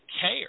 care